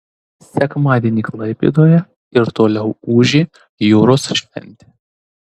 sekmadienį klaipėdoje ir toliau ūžė jūros šventė